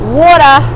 water